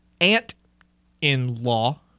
aunt-in-law